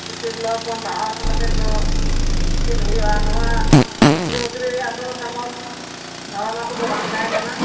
ᱛᱤᱨᱞᱟᱹ ᱦᱚᱯᱚᱱ ᱯᱟᱲᱦᱟᱣ ᱪᱚ ᱠᱟᱛᱮᱜ ᱫᱚ ᱪᱮᱫ ᱦᱩᱭᱩᱜᱼᱟ ᱱᱚᱣᱟ ᱪᱟᱠᱨᱤ ᱵᱟᱠᱨᱤ ᱨᱮᱭᱟᱜ ᱫᱚ ᱛᱮᱢᱚᱱ ᱫᱷᱟᱨᱚᱱᱟ ᱠᱚᱫᱚ ᱵᱟᱝ ᱛᱟᱦᱮᱸ ᱠᱟᱱᱟ